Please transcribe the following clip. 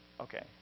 okay